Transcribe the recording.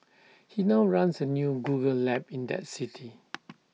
he now runs A new Google lab in that city